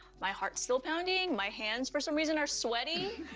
my heart's still pounding. my hands for some reason, are sweaty.